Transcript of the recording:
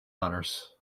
manors